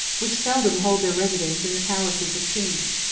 which seldom hold their residence in the palaces of kings.